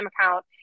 account